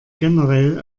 generell